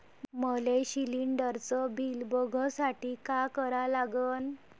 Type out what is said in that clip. मले शिलिंडरचं बिल बघसाठी का करा लागन?